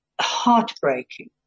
heartbreaking